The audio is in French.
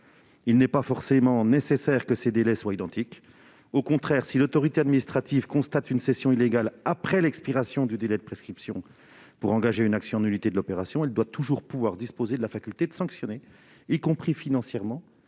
Il n'est pas forcément nécessaire que ces délais soient identiques. Au contraire, si l'autorité administrative constate une cession illégale après l'expiration du délai de prescription pour engager une action en nullité de l'opération, elle doit toujours pouvoir disposer de la faculté de sanctionner, y compris financièrement,